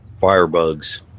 firebugs